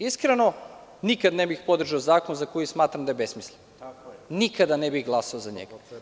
Iskreno, nikada ne bih podržao zakon za koji smatram da je besmislen, nikada ne bih glasao za njega.